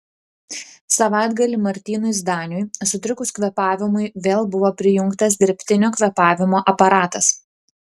savaitgalį martynui zdaniui sutrikus kvėpavimui vėl buvo prijungtas dirbtinio kvėpavimo aparatas